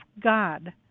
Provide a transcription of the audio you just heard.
God